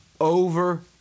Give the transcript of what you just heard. over